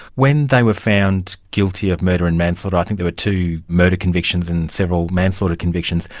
when they were found guilty of murder and manslaughter, i think there were two murder convictions and several manslaughter convictions.